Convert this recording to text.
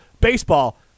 baseball